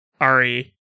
Ari